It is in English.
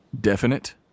definite